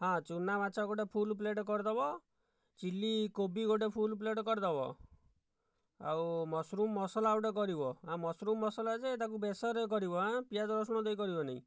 ହଁ ଚୁନା ମାଛ ଗୋଟିଏ ଫୁଲ ପ୍ଳେଟ କରିଦେବ ଚିଲ୍ଲି କୋବି ଗୋଟିଏ ଫୁଲ ପ୍ଳେଟ କରିଦେବ ଆଉ ମସରୁମ ମସଲା ଗୋଟିଏ କରିବ ଆଉ ମସରୁମ ମସଲା ଯେ ତାକୁ ବେସରରେ କରିବ ଆଁ ପିଆଜ ରସୁଣ ଦେଇ କରିବନାହିଁ